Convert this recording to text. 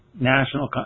national